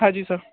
हाँ जी सर